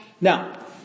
Now